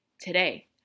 Today